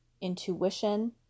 Intuition